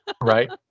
Right